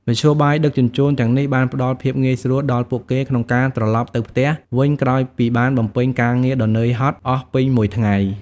មធ្យោបាយដឹកជញ្ជូនទាំងនេះបានផ្តល់ភាពងាយស្រួលដល់ពួកគេក្នុងការត្រឡប់ទៅផ្ទះវិញក្រោយពីបានបំពេញការងារដ៏នឿយហត់អស់ពេញមួយថ្ងៃ។